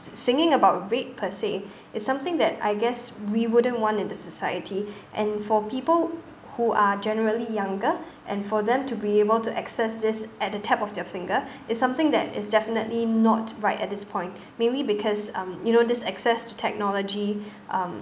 singing about rape per se is something that I guess we wouldn't want in the society and for people who are generally younger and for them to be able to access this at the tap of their finger is something that is definitely not right at this point mainly because um you know this access to technology um